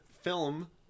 film